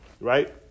right